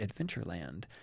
Adventureland